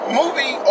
movie